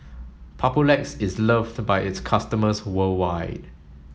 Papulex is loved by its customers worldwide